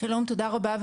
שלום ותודה רבה,